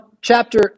chapter